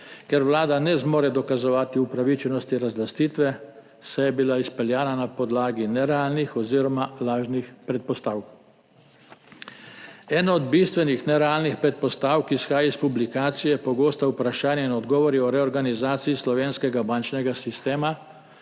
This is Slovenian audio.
ker Vlada ne zmore dokazovati upravičenosti razlastitve, saj je bila izpeljana na podlagi nerealnih oziroma lažnih predpostavk. Ena od bistvenih nerealnih predpostavk, ki izhaja iz publikacije Pogosta vprašanja in odgovori o reorganizaciji slovenskega bančnega sistema,